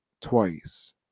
twice